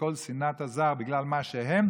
שכל שנאת הזר בגלל מה שהוא,